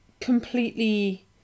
completely